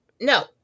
No